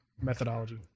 methodology